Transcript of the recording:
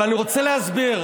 לא שנייה,